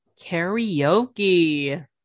Karaoke